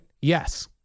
Yes